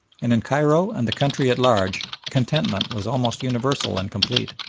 and in cairo and the country at large contentment was almost universal and complete.